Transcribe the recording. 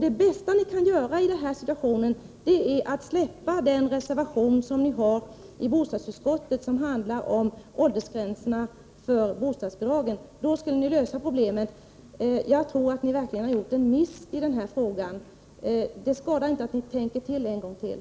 Det bästa ni kan göra i denna situation är att frångå reservationen i bostadsutskottet om åldersgränsen för bostadsbidragen. Då skulle ni lösa problemen. Jag tror att ni verkligen gjort en miss i denna fråga. Det skadar inte att ni tänker en gång till.